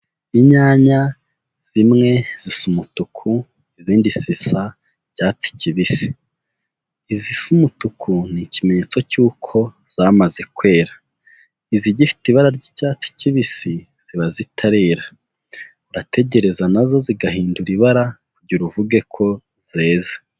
Inyanya zimwe zisa umutuku, izindi zisa icyatsi kibisi, izisa umutuku ni ikimenyetso cy'uko zamaze kwera, izigifite ibara ry'icyatsi kibisi ziba zitarera, urategereza nazo zigahindura ibara kugira uvuge ko zeze.